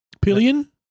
Pillion